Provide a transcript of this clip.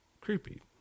creepy